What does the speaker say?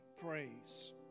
praise